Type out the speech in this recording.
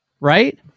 Right